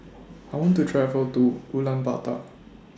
I want to travel to Ulaanbaatar